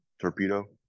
Torpedo